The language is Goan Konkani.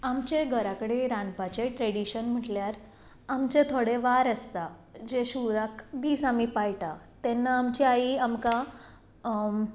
आमचें घरा कडेन रांदपाचे ट्रेडिशन म्हटल्यार आमचे थोडे वार आसता जे शिवराक दीस आमी पाळटा तेन्ना आमची आई आमकां